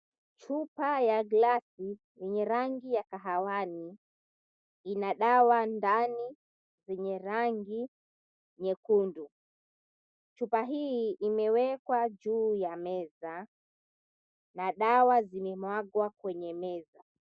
Chupa ya glasi yenye rangi ya kahawani, ina dawa ndani zenye rangi nyekundu. Chupa hii imewekwa juu ya meza na dawa zimemwagwa kwenye meza.